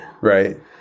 Right